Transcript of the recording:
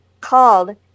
called